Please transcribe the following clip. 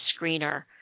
screener